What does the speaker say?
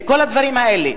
וכל הדברים האלה.